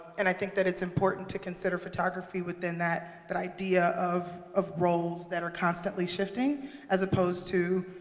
and i think that it's important to consider photography within that that idea of of roles that are constantly shifting as opposed to,